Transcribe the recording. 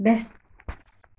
best